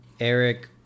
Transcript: eric